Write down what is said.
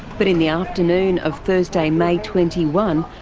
but in the afternoon of thursday, may twenty one,